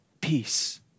Peace